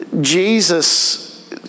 jesus